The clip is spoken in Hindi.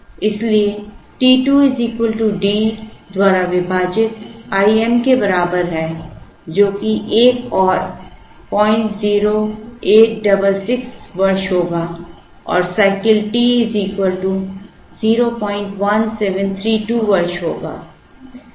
इसलिए t 2 D द्वारा विभाजित I m के बराबर है जो कि एक और 00866 वर्ष होगा और साइकिल t 01732 वर्ष होगा